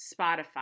Spotify